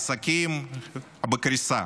העסקים בקריסה,